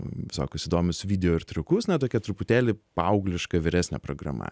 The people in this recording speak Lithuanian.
visokius įdomius video ir triukus na tokia truputėlį paaugliška vyresnė programa